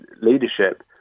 leadership